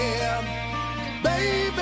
Baby